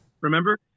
remember